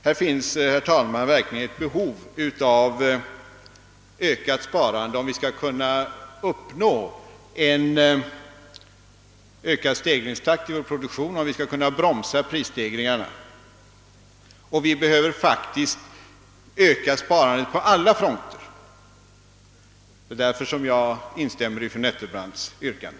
Här finns, herr talman, verkligen ett behov av ökat sparande, om vi skall kunna uppnå en ökad stegringstakt inom vår produktion och om vi skall kunna bromsa prisstegringarna. Vi behöver faktiskt öka sparandet på alla fronter. Därför instämmer jag också i fru Nettelbrandts yrkande.